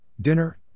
Dinner